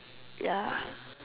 ya